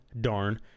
darn